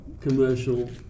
commercial